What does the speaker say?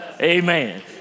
Amen